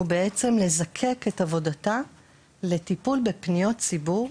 הוא לזקק את עבודתה לטיפול בפניות ציבור,